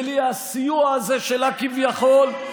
בלי הסיוע הזה שלה כביכול,